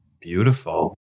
Beautiful